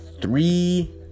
three